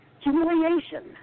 humiliation